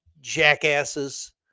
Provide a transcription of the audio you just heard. jackasses